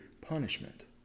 punishment